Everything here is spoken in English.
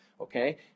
okay